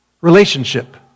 relationship